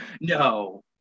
no